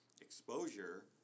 exposure